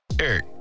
Eric